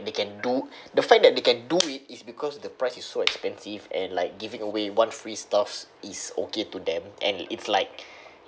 they can do the fact that you can do it is because the price is so expensive and like giving away one free stuffs is okay to them and it's like